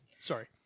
Sorry